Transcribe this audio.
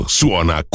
suona